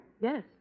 Yes